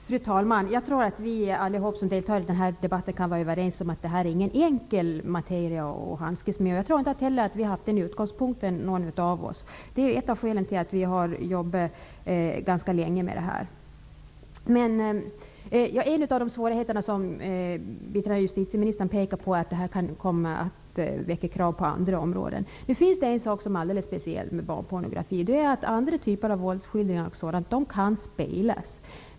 Fru talman! Jag tror att vi allihop som deltar i den här debatten kan vara överens om att det här inte är någon enkel materia att handskas med. Jag tror inte heller att någon av oss har haft den utgångspunkten. Det är ett av skälen till att vi har jobbat ganska länge med frågan. En av de svårigheter som biträdande justitieministern har pekat på är att detta förslag kan komma att väcka krav på andra områden. Nu finns det en sak som är alldeles speciell med barnpornografi. Andra typer av våldsskildringar kan spelas.